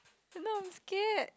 now I'm scared